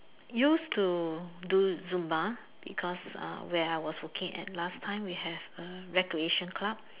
used to do Zumba because uh where I was working at last time we have a recreation club